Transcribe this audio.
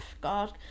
god